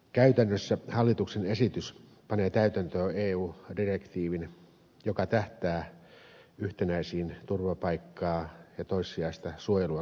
käytännössä hallituksen esitys panee täytäntöön eu direktiivin joka tähtää yhtenäisiin turvapaikkaa ja toissijaista suojelua koskeviin määräyksiin